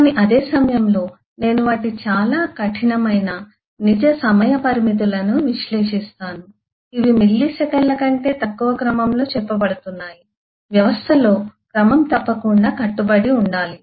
కానీ అదే సమయంలో నేను వాటి చాలా కఠినమైన నిజ సమయ పరిమితులను విశ్లేషిస్తాను ఇవి మిల్లీసెకన్ల కంటే తక్కువ క్రమంలో చెప్పబడుతున్నాయి వ్యవస్థలో క్రమం తప్పకుండా కట్టుబడి ఉండాలి